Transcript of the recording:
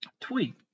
tweet